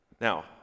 Now